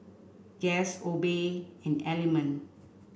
Guess Obey and Element